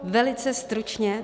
Velice stručně.